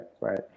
right